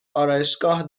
آرایشگاه